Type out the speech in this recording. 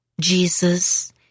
Jesus